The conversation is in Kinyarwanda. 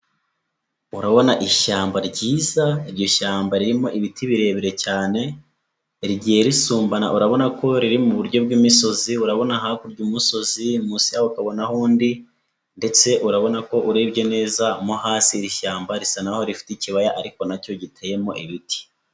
Urabona ishyamba ryiza iryo shyamba ririmo ibiti birebire cyane, rigiye risumbana urabona ko riri mu buryo bw'imisozi, urabona hakurya y'umusozi, munsi yaho ukabona aho undi, ndetse urabona ko urebye neza mo hasi, iri shyamba risa naho rifite ikibaya ariko na cyo giteyemo ibiti.